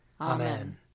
Amen